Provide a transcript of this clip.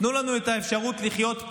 תנו לנו את האפשרות לחיות פה.